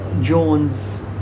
Jones